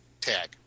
tag